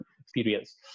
experience